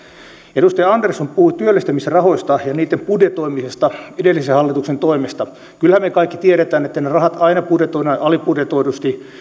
edustaja andersson puhui työllistämisrahoista ja niitten budjetoimisesta edellisen hallituksen toimesta kyllähän me kaikki tiedämme että ne rahat aina budjetoidaan alibudjetoidusti